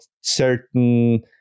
certain